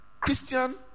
Christian